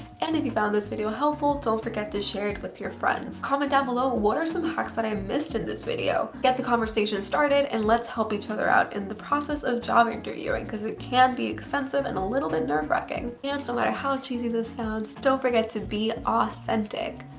and if you found this video helpful don't forget to share it with your friends. comment down below what are some hacks that i missed in this video? get the conversation started and let's help each other out in the process of job interviewing because it can be extensive and a little bit nerve-wracking. and no so matter how cheesy this sounds don't forget to be authentic.